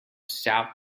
south